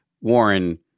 Warren